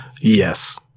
yes